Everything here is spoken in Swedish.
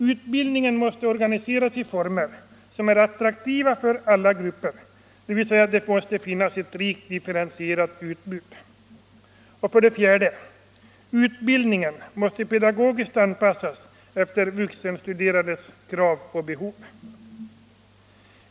Utbildningen måste organiseras i former som är attraktiva för alla grupper, dvs. det måste finnas ett rikt differentierat utbud. 4. Utbildningen måste pedagogiskt anpassas efter vuxenstuderandes krav och behov.